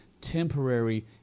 temporary